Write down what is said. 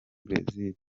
brezil